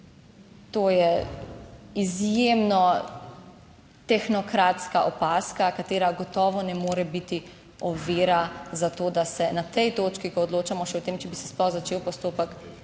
To je izjemno tehnokratska opazka, katera gotovo ne more biti ovira za to, da se na tej točki, ko odločamo še o tem, če bi se sploh začel postopek,